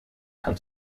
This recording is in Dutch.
gaan